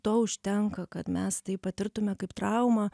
to užtenka kad mes tai patirtume kaip traumą